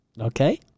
okay